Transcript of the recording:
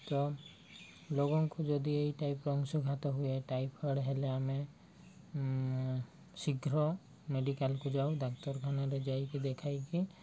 ତ ଲୋକଙ୍କୁ ଯଦି ଏଇ ଟାଇପ୍ ଅଂଶୁଘାତ ହୁଏ ଟାଇଫଏଡ଼ ହେଲେ ଆମେ ଶୀଘ୍ର ମେଡ଼ିକାଲକୁ ଯାଉ ଡାକ୍ତରଖାନାରେ ଯାଇକି ଦେଖାଇକି